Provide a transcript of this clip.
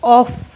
of